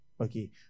okay